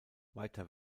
weiter